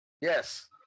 Yes